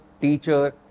teacher